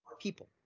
people